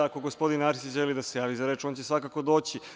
Ako gospodin Arsić želi da se javi, on će svakako doći.